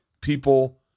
people –